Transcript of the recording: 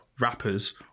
rappers